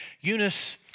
Eunice